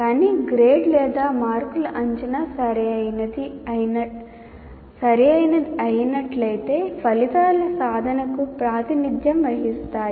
కానీ గ్రేడ్ లేదా మార్కులు అంచనా సరైనది అయినట్లయితే ఫలితాల సాధనకు ప్రాతినిధ్యం వహిస్తాయి